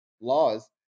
laws